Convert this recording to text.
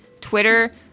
Twitter